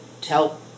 tell